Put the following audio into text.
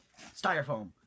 styrofoam